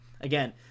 again